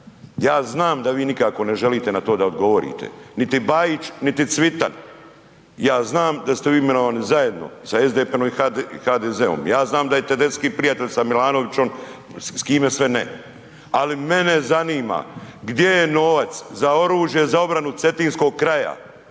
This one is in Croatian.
ja znam da vi nikako ne želite na to da odgovorite, niti Bajić, niti Cvitan, ja znam da ste vi imenovani zajedno sa SDP-om i HDZ-om, ja znam da je Tedeski prijatelj sa Milanovićom, s kime sve ne. Ali mene zanima gdje je novac za oružje, za obranu cetinskog kraja,